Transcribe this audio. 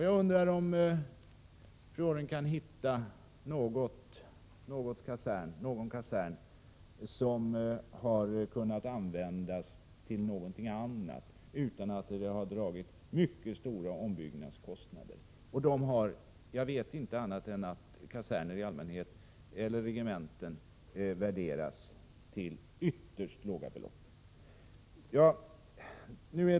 Jag undrar om Ulla Orring kan hitta någon kasern som har kunnat användas till något annat, utan att det har dragit med sig mycket stora ombyggnadskostnader. Jag vet inte annat än att kaserner eller regementen i allmänhet värderas till ytterst låga belopp.